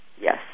Yes